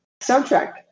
soundtrack